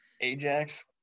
Ajax